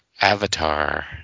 avatar